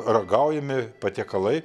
ragaujami patiekalai